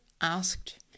asked